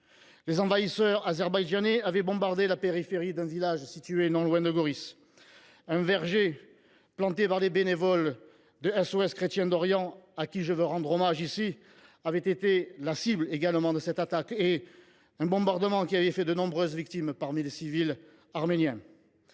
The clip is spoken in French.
Les envahisseurs azerbaïdjanais ont bombardé la périphérie d’un village situé non loin de Goris. Un verger planté par les bénévoles de SOS Chrétiens d’Orient, auxquels je veux rendre hommage, a également été la cible de cette attaque. Ce bombardement a fait de nombreuses victimes parmi les civils arméniens.